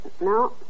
No